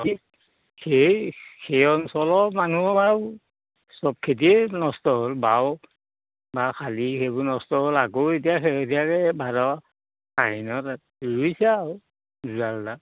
সেই সেই অঞ্চলৰ মানুহ বা চব খেতি নষ্ট হ'ল বাও বা খালী সেইবোৰ নষ্ট হ'ল আকৌ এতিয়া এতিয়ালে ভাদ আহিনত ৰুইছে আৰু দুডাল এডাল